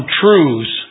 truths